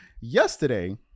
yesterday